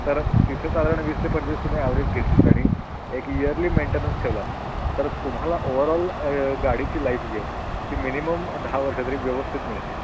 तर तिथे साधारण वीस ते पंचवीस तुम्ही ॲवरेज घेतली आणि एक इयरली मेंटेनंस ठेवलात तर तुम्हाला ओवरऑल गाडीची लाईफ जी आहे ती मिनिमम दहा वर्षतरी व्यवस्थित मिळते